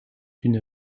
une